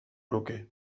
nuke